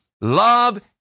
love